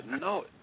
No